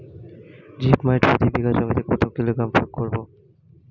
Zip মাইট প্রতি বিঘা জমিতে কত কিলোগ্রাম প্রয়োগ করব?